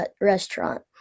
restaurant